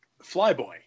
Flyboy